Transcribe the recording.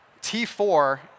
T4